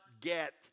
get